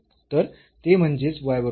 तर ते म्हणजेच बरोबर